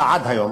עד היום